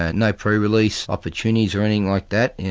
ah no pre-release opportunities or anything like that. yeah